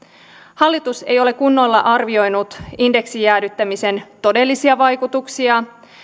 hallitus ei ole kunnolla arvioinut indeksien jäädyttämisen todellisia vaikutuksia